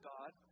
God